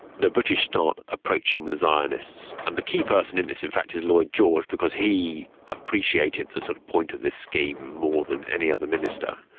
the british start approaching the zionists. and the key person in this in fact is lloyd george because he appreciated the sort of point of this scheme more than any other minister,